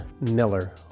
Miller